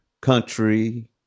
country